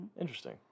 Interesting